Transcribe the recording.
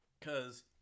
cause